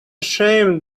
shame